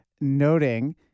noting